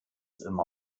immer